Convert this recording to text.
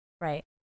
Right